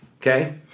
okay